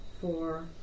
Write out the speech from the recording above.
Four